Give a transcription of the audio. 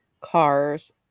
cars